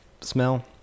smell